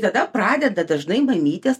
tada pradeda dažnai mamytės